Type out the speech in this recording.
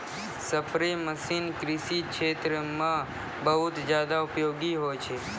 spray machine कृषि क्षेत्र म बहुत जादा उपयोगी होय छै